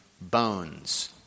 bones